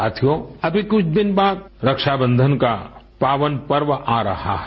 साथियो अभी कुछ दिन बाद रक्षाबंधन का पावन पर्व आ रहा है